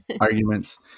arguments